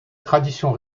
tradition